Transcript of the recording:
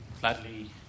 gladly